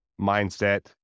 mindset